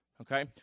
Okay